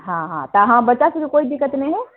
हँ हँ तऽ अहाँ बच्चा सबके कोइ दिकत नहि अइ